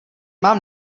mám